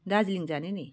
दार्जिलिङ जाने नि